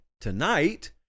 tonight